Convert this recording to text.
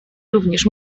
również